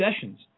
sessions